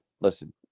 Listen